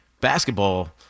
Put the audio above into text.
Basketball